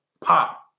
pop